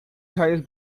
highest